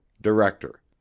Director